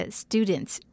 students